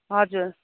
हजुर